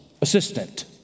assistant